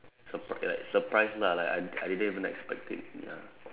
surprise like surprised lah like I I didn't even expect it ya